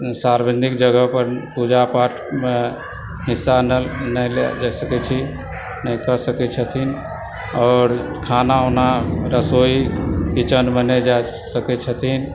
सार्वजनिक जगह पर पूजा पाठमे हिस्सा नहि लए सकय छी नहि कऽ सकय छथिन आओर खाना ऊना रसोई किचनमे नहि जा सकय छथिन